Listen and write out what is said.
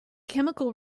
chemical